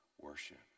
worship